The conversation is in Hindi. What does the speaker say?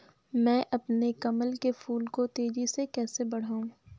मैं अपने कमल के फूल को तेजी से कैसे बढाऊं?